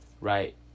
right